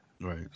Right